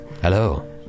Hello